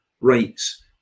rights